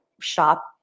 shop